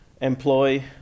Employ